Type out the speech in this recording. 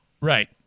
Right